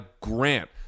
grant